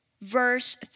verse